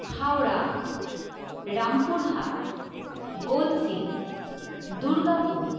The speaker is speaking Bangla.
হাওড়া রামপুরহাট গলসি দুর্গাপুর